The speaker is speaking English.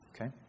Okay